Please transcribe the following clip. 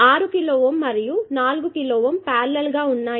6 kiloohm మరియు 4 kiloohm parallel గా ఉన్నాయి